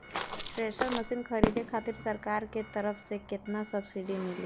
Thresher machine खरीदे खातिर सरकार के तरफ से केतना सब्सीडी मिली?